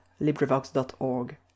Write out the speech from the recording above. LibriVox.org